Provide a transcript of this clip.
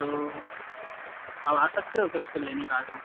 तो अब आ सकते हो कैश को लेने का आ पाओ